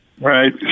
Right